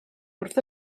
wrth